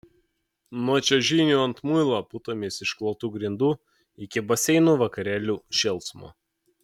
nuo čiuožynių ant muilo putomis išklotų grindų iki baseinų vakarėlių šėlsmo